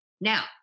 Now